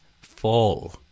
fall